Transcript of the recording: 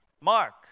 Mark